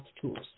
tools